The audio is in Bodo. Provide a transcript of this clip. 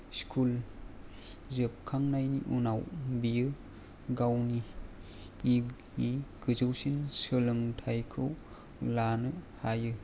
स्कुल जोबखांनायनि उनाव बियो गावनि गोजौसिन सोलोंथायखौ लानो हायो